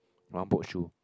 one boat shoe